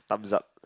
thumbs up